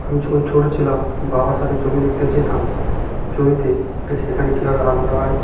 আমি যখন ছোটো ছিলাম বাবার সাথে জমি দেখতে যেতাম জমিতে সেখানে কীভাবে আলু লাগায়